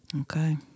Okay